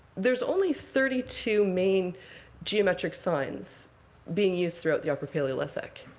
there's only thirty two main geometric signs being used throughout the upper paleolithic.